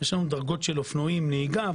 יש דרגות של אופנועים לנהיגה.